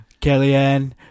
Kellyanne